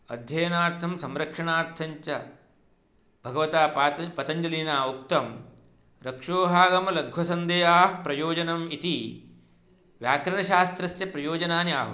अध्ययनार्थं संरक्षणार्थञ्च भगवता पातञ् पतञ्जलिना उक्तं रक्षोहागमलघ्वसन्देहाः प्रयोजनम् इति व्याकरणशास्त्रस्य प्रयोजनानि आहुः